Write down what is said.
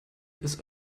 ist